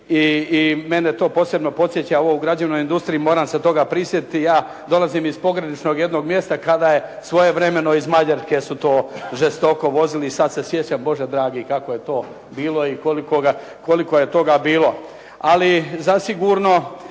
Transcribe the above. I mene to posebno podsjeća ovo u građevnoj industriji, moram se toga prisjetiti ja. Dolazim iz pograničnog jednog mjesta kada je svojevremeno iz Mađarske su to žestoko izvozili. I sada se sjećam Bože dragi kako je to bilo i koliko je toga bilo. Ali zasigurno